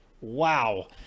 Wow